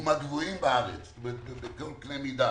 הוא מהגבוהים בארץ בכל קנה מידה,